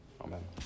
Amen